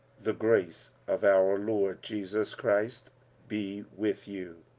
the grace of our lord jesus christ be with you.